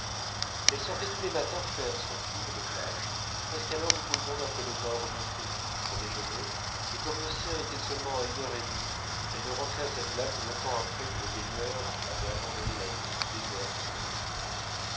elle sortait tous les matins faire son tour de plage presque à l'heure où tout le monde après le bain remontait pour déjeuner et comme le sien était seulement à une heure et demie elle ne rentrait à sa villa que longtemps après que les baigneurs avaient abandonné la digue déserte et brûlante